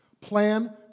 plan